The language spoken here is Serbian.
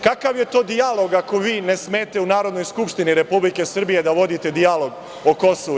Kakav je to dijalog ako ne smete u Narodnoj skupštini Republike Srbije da vodite dijalog o KiM?